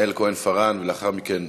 ליעל כהן-פארן, ולאחר מכן,